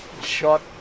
shot